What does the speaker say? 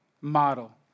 Model